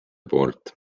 poolt